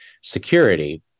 security